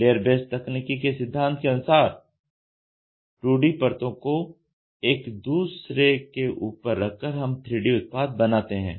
layer based तकनीकी के सिद्धांत के अनुसार 2D परतों को एक दूसरे के ऊपर रखकर हम 3D उत्पाद बनाते हैं